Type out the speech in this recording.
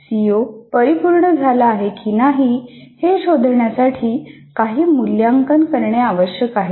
CO परिपूर्ण झाला आहे की नाही हे शोधण्यासाठी काही मूल्यांकन करणे आवश्यक आहे